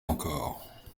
encore